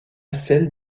celle